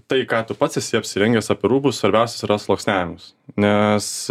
tai ką tu pats esi apsirengęs apie rūbus svarbiausias yra sluoksniavimas nes